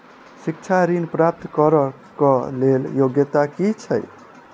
शिक्षा ऋण प्राप्त करऽ कऽ लेल योग्यता की छई?